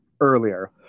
earlier